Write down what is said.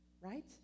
right